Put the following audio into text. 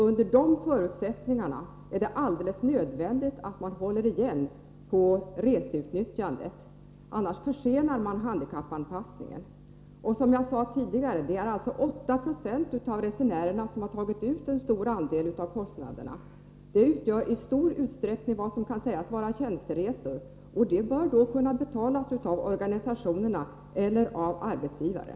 Under dessa förutsättningar är det alldeles nödvändigt att man håller igen på reseutnyttjandet, annars försenar man handikappanpassningen. Som jag sade tidigare föranleds en stor del av kostnaderna av enbart 8 9o av resenärerna. Det utgör i stor utsträckning vad som kan sägas vara tjänsteresor. Detta bör således betalas av organisationerna eller av arbetsgivaren.